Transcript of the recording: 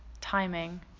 timing